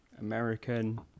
American